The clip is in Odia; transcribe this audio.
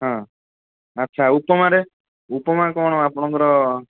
ହଁ ଆଚ୍ଛା ଉପମାରେ ଉପମା କ'ଣ ଆପଣଙ୍କର